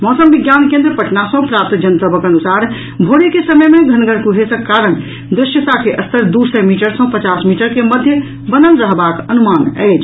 मौसम विज्ञान केन्द्र पटना सँ प्राप्त जनतबक अनुसार भोरे के समय मे घनगर कुहेसक कारण दृश्यता के स्तर दू सय मीटर सँ पचास मीटर के मध्य बनल रहबाक अनुमान अछि